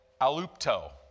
alupto